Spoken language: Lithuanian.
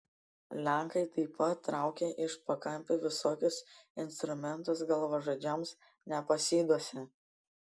lenkai taip pat traukia iš pakampių visokius instrumentus galvažudžiams nepasiduosią